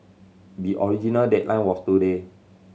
the original deadline was today